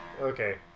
Okay